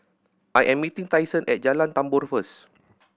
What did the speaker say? I am meeting Tyson at Jalan Tambur first